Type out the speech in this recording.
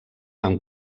amb